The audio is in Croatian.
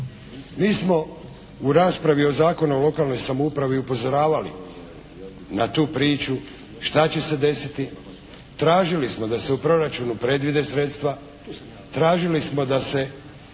Mi smo u raspravi o Zakonu o lokalnoj samoupravi upozoravali na tu priču šta će se desiti, tražili smo da se u proračunu predvide sredstva, tražili smo da se